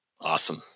Awesome